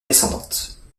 descendante